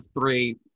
three